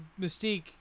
Mystique